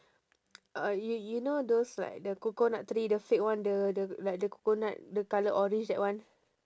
uh you you you know those like the coconut tree the fake one the the like the coconut the colour orange that one